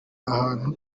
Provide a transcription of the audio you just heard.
ahantu